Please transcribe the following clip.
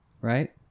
right